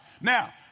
Now